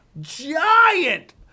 giant